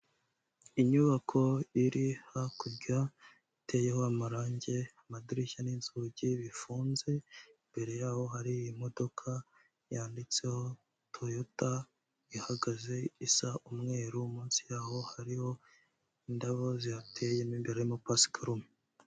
Inyubako iri hakurya, iteyeho amarange, amadirishya n'inzugi bifunze, imbere yaho hari imodokadoka yanditseho Toyota ihagaze isa umweru, munsi yaho hariho indabo zihateye, mo imbere harimo paparume.